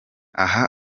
aha